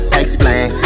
explain